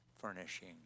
furnishing